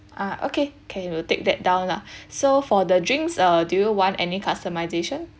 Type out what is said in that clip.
ah okay can I will take that down lah so for the drinks uh do you want any customization